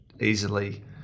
easily